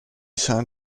san